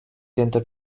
tenta